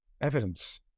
evidence